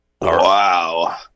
Wow